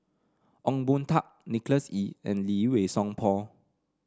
Ong Boon Tat Nicholas Ee and Lee Wei Song Paul